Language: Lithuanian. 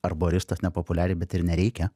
arboristas nepopuliariai bet ir nereikia